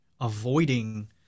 avoiding